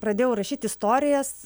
pradėjau rašyt istorijas